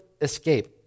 escape